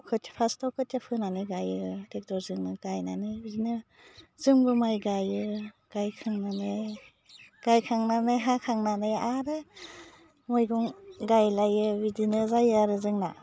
खोथिया फास्टाव खोथिया फोनानै गायो टेक्टरजोंनो गायनानै बिदिनो जोंबो माय गायो गायखांनानै गायखांनानै हाखांनानै आरो मैगं गायलायो बिदिनो जायो आरो जोंना